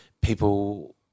people